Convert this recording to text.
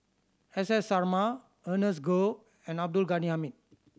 S S Sarma Ernest Goh and Abdul Ghani Hamid